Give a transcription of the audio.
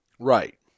Right